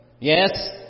Yes